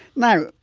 now,